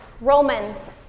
Romans